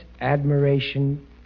admiration